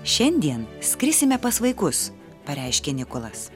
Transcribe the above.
šiandien skrisime pas vaikus pareiškė nikolas